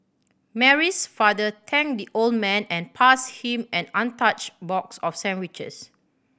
Mary's father thanked the old man and passed him an untouched box of sandwiches